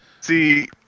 See